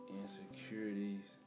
insecurities